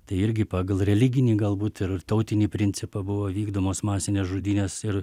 tai irgi pagal religinį galbūt ir tautinį principą buvo vykdomos masinės žudynės ir